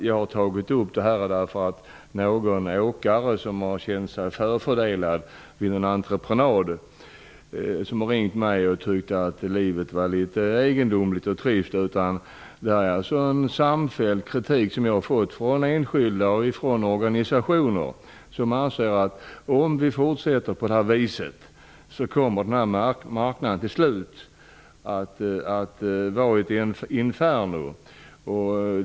Jag har inte tagit upp denna sak därför att någon åkare, som har känt sig förfördelad vid en entreprenad, har ringt till mig och tyckt att livet var litet egendomligt och trist, utan det är en samfälld kritik som har framförts till mig från enskilda och organisationer, vilka anser att denna marknad, om det fortsätter på detta vis, till slut kommer att bli ett inferno.